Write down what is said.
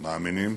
מאמינים,